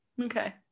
Okay